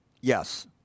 Yes